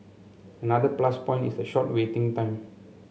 another plus point is the short waiting time